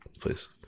please